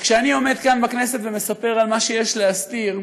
וכשאני עומד כאן בכנסת ומספר על מה שיש להסתיר,